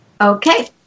Okay